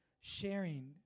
sharing